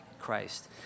Christ